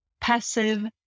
passive